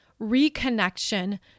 reconnection